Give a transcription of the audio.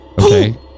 Okay